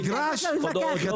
אתו.